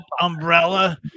Umbrella